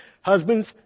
Husbands